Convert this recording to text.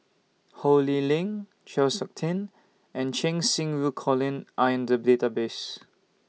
Ho Lee Ling Chng Seok Tin and Cheng Xinru Colin Are in The Database